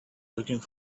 looking